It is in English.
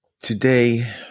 Today